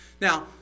Now